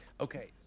Okay